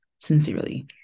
Sincerely